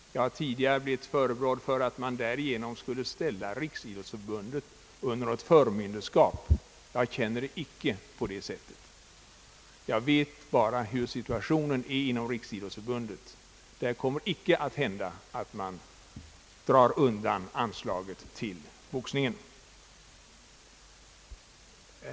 Tidigare har jag blivit förebrådd för att därigenom medverka till att Riksidrottsför bundet skulle ställas under förmynderskap. Jag känner det icke så. Jag vet bara hur situationen är inom Riksidrottsförbundet; där kommer man inte att dra in anslaget till boxningen.